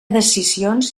decisions